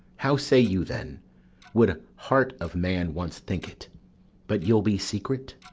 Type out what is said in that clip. how say you then would heart of man once think it but you'll be secret?